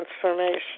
transformation